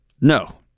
no